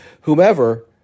whomever